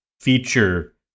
feature